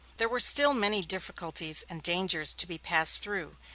there were still many difficulties and dangers to be passed through,